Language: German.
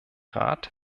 rat